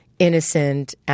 Innocent